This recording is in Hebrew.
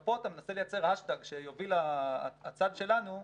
פה אתה מנסה לייצר האשטאג שיוביל הצד שלנו,